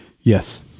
Yes